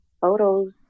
photos